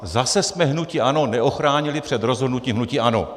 Zase jsme hnutí ANO neochránili před rozhodnutím hnutí ANO!